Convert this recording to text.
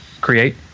create